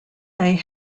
may